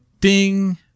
Ding